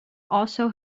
also